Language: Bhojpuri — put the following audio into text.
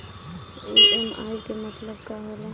ई.एम.आई के मतलब का होला?